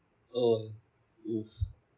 oh